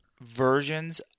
versions